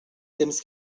temps